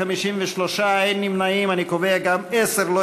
של קבוצת סיעת יהדות התורה וקבוצת סיעת ש"ס לסעיף 1 לא נתקבלה.